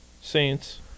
Saints